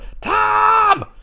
Tom